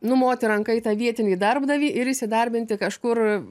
numoti ranka į tą vietinį darbdavį ir įsidarbinti kažkur